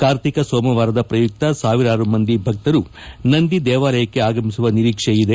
ಕಾರ್ತಿಕ ಸೋಮವಾರದ ಪ್ರಯುಕ್ತ ಸಾವಿರಾರು ಮಂದಿ ಭಕ್ತರು ನಂದಿ ದೇವಾಲಯಕ್ಕೆ ಆಗಮಿಸುವ ನಿರೀಕ್ಷೆಯಿದೆ